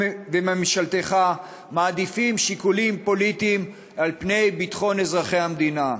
וממשלתך מעדיפים שיקולים פוליטיים על פני ביטחון אזרחי המדינה.